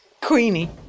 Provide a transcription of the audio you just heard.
Queenie